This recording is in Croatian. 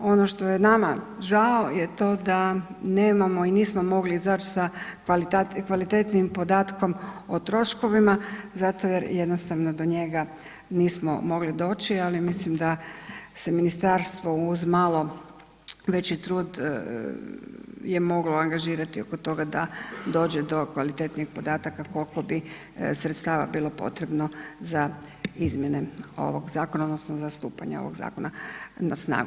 Ono što je nama žao je to da nemamo i nismo mogli izaći sa kvalitetnijim podatkom o troškovima zato jer jednostavno do njega nismo mogli doći, ali mislim da se ministarstvo uz malo veći trud je moglo angažirati oko toga da dođe do kvalitetnijih podataka koliko bi sredstava bilo potrebe za izmjene ovog zakona, odnosno za stupanje ovog zakona na snagu.